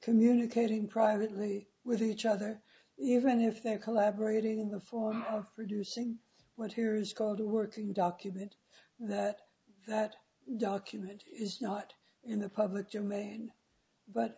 communicating privately with each other even if they're collaborating in the form of producing what here is called a working document that that document is not in the public domain but